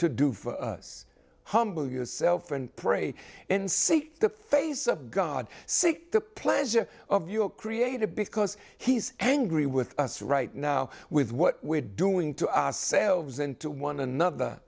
to do for us humble yourself and pray and see the face of god see the pleasure of your creative because he's angry with us right now with what we're doing to ourselves and to one another